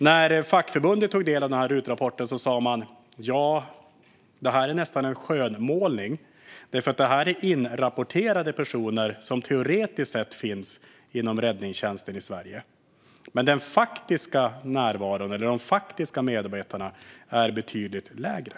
När fackförbundet tog del av RUT-rapporten sa man: Det här är nästan en skönmålning. Det här är nämligen inrapporterade personer som teoretiskt sett finns inom räddningstjänsten i Sverige. Men de faktiska medarbetarna är betydligt färre.